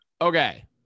okay